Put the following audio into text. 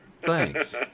thanks